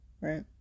Right